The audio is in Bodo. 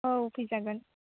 औ फैजागोन